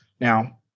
Now